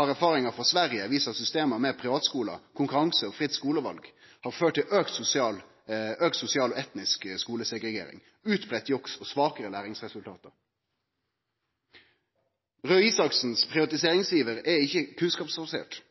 har erfaringane frå Sverige vist at systemet med privatskular, konkurranse og fritt skuleval har ført til auka sosial og etnisk skulesegregering, utbreidd juks og svakare læringsresultat. Røe Isaksens privatiseringsiver er ikkje